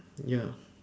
ya